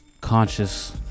conscious